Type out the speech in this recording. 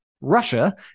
Russia